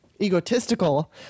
egotistical